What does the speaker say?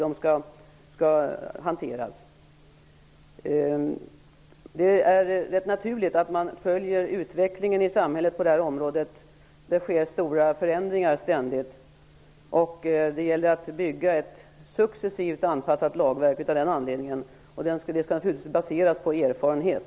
Det är naturligt att man följer utvecklingen i samhället på det här området, där det ständigt sker stora förändringar, och att successivt anpassa lagverket till dessa. Detta arbete skall naturligtvis baseras på erfarenhet.